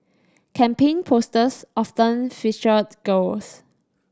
campaign posters often featured girls